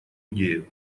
идею